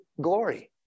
glory